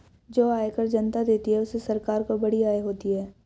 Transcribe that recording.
जो आयकर जनता देती है उससे सरकार को बड़ी आय होती है